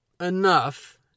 enough